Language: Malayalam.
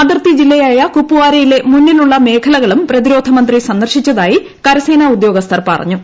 അതിർത്തി ജില്ലയായ കുപ്വാരയിലെ മുന്നിലുള്ള മേഖലകളും പ്രതിരോധമന്ത്രി സന്ദർശിച്ചതായി കരസേനാ ഉദ്യോഗസ്ഥർ പറഞ്ഞു